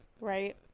right